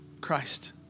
Christ